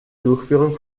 durchführung